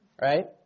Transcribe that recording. Right